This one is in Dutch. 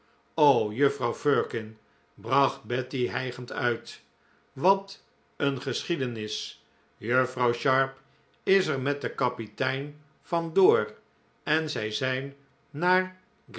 o juffrouw firkin bracht betty hijgend uit wat een geschiedenis juffrouw sharp is er met den kapitein van door en zij zijn naar